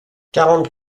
quarante